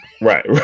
Right